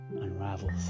unravels